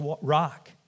rock